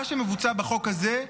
מה שמבוצע בחוק הזה,